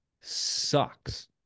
sucks